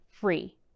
free